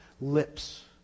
lips